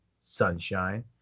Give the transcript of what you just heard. Sunshine